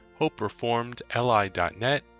hopereformedli.net